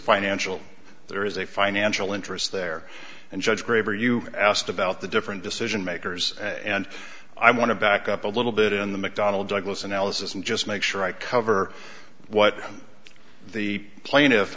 financial there is a financial interest there and judge graver you asked about the different decision makers and i want to back up a little bit in the mcdonnell douglas analysis and just make sure i cover what the plaintiff